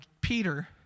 Peter